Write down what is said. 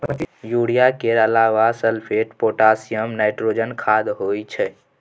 urea केर अलाबा sulphate, potassium, nitrogen खाद होइ छै